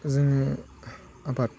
जोङो आबादनि